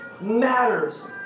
matters